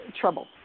trouble